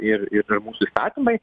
ir ir mūsų įstatymai